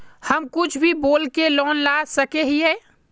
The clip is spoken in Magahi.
हम कुछ भी बोल के लोन ला सके हिये?